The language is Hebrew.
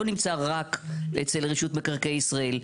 לא נמצא רק ברשות מקרקעי ישראל,